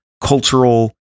cultural